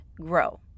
grow